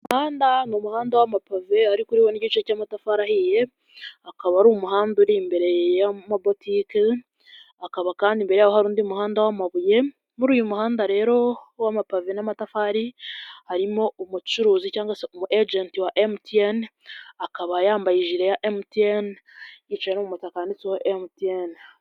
Umuhanda n'umuhanda w'amapave ariko uriho n'igice cy'amatafari ahiye, akaba ari umuhanda uri imbere ya mabotike, akaba kandi mbere yawo hari undi muhanda w'amabuye. Muri uyu muhanda rero w'amapave n'amatafari harimo umucuruzi cyangwa umugenti wa MTN akaba yambaye ijire ya MTN yicaye no mumutaka wa MTN